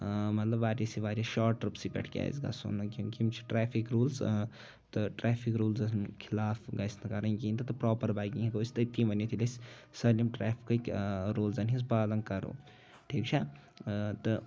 مطلب واریاہ سے واریاہ شاٹ ٹرپ سی پٮ۪ٹھ کیازِ گژھو نہ یِم چھِ ٹریفِک روٗلز تہٕ ٹریفِک روٗلزَن خِلاف گژھِ نہٕ کَرٕںی کِہینۍ تہٕ پروپر بایکِنگ ہٮ۪کو أسۍ تٔتھی ؤنِتھ ییٚلہِ أسۍ سٲلِم یِم ٹریفکٔکۍ روٗلزن ۂنز پالن کَرو ٹھیٖک چھا تہٕ